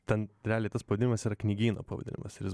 ten realiai tas pavadinimas yra knygyno pavadinimas ir jis